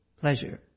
pleasure